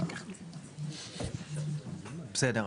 בסדר.